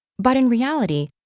but in reality,